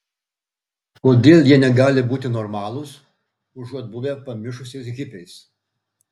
kodėl jie negali būti normalūs užuot buvę pamišusiais hipiais